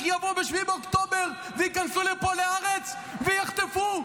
יבואו וייכנסו לפה לארץ ב-7 באוקטובר ויחטפו,